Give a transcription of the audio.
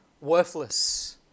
worthless